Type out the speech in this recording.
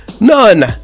None